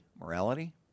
morality